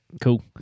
Cool